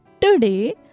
Today